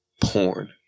Porn